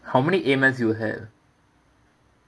how many A mathematics you have